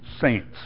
saints